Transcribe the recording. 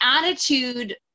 attitude